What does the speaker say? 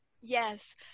yes